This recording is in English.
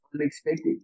unexpected